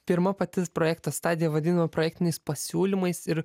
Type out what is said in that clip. pirma pati projekto stadija vadinama projektiniais pasiūlymais ir